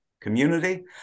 community